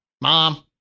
mom